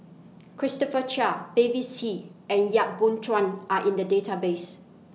Christopher Chia Mavis See and Yap Boon Chuan Are in The Database